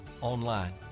online